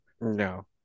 No